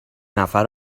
نفر